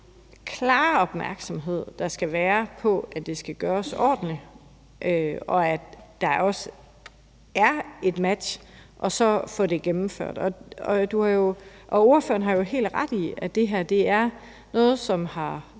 klare opmærksomhed, der skal være på, at det skal gøres ordentligt, og at der også er et match – og så få det gennemført. Ordføreren har helt ret i, at det her er noget, som har